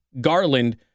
Garland